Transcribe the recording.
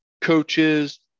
coaches